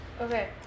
Okay